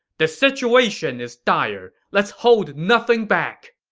the situation is dire! let's hold nothing back!